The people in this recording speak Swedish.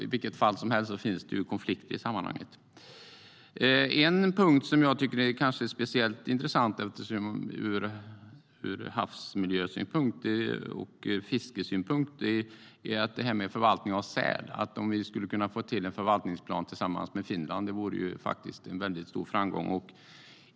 I vilket fall som helst finns det konflikter i sammanhanget. En punkt som kanske är speciellt intressant ur havsmiljö och fiskesynpunkt är detta med förvaltning av säl. Om vi skulle kunna få till stånd en förvaltningsplan tillsammans med Finland vore det en väldigt stor framgång.